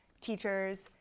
teachers